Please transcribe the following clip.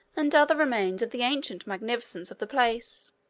and other remains of the ancient magnificence of the place.